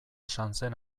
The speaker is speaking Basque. sanzen